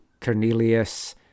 Cornelius